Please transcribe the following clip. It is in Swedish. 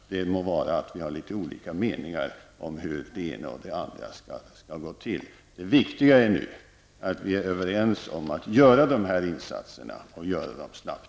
Sedan må det vara att vi har litet olika meningar om hur det ena och det andra skall gå till. Det viktiga är nu att vi är överens om att göra dessa insatser och att göra dem snabbt.